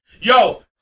Yo